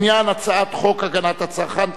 הצעת חוק הגנת הצרכן (תיקון,